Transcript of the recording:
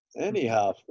anyhow